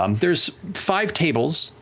um there's five tables,